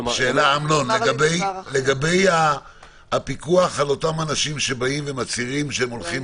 לגבי הפיקוח על האנשים שמצהירים שהולכים